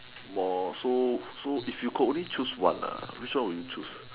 more so so if you could only choose one nah which one will you choose